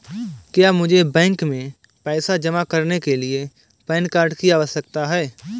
क्या मुझे बैंक में पैसा जमा करने के लिए पैन कार्ड की आवश्यकता है?